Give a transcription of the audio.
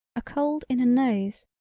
a cold in a nose,